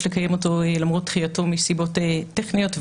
לקיים אותו למרות דחייתו מסיבות טכניות,